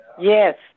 Yes